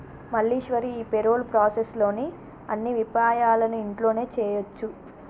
మల్లీశ్వరి ఈ payroll process లోని అన్ని విపాయాలను ఇంట్లోనే చేయొచ్చు